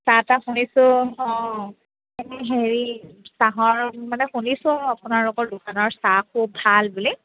চাহ তাহ শুনিছোঁ অঁ হেৰি চাহৰ মানে শুনিছোঁ আপোনালোকৰ দোকানৰ চাহ খুব ভাল বুলি